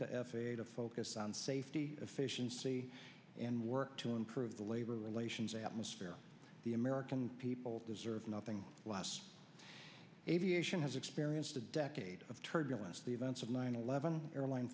a to focus on safety efficiency and work to improve the labor relations atmosphere the american people deserve nothing less aviation has experienced a decade of turbulence the events of nine eleven airline